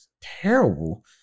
terrible